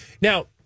Now